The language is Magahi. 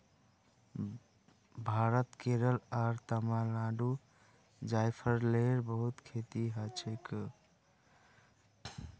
भारतत केरल आर तमिलनाडुत जायफलेर बहुत खेती हछेक